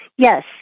Yes